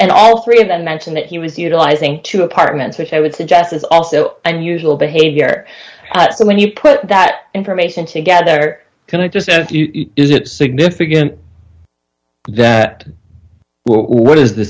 and all three of them mention that he was utilizing two apartments which i would suggest is also an usual behavior so when you put that information together can i just if you is it significant that what is the